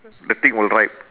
the thing will ripe